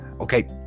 Okay